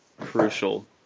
crucial